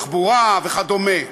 תחבורה וכדומה,